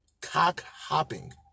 cock-hopping